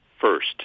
first